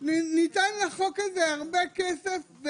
ניתן לחוק הזה הרבה כסף,